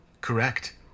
Correct